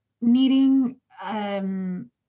needing